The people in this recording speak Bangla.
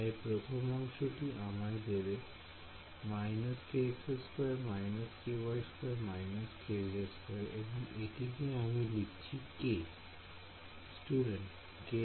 তাই প্রথম অংশটি আমায় দেবে এবং এটিকে আমি লিখছি k